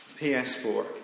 PS4